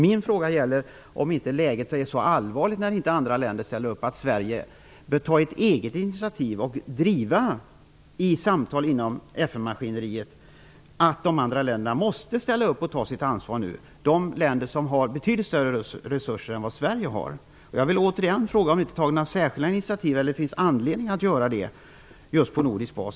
Min fråga blir: Är inte läget så allvarligt när inte andra länder ställer upp att Sverige bör ta ett eget initiativ och i samtal inom FN-maskineriet driva kravet att de andra länderna måste ställa upp och ta sitt ansvar, de länder som har betydligt större resurser än Sverige har? Finns det inte anledning att ta särskilda initiativ i FN på nordisk bas?